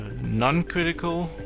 non-critical,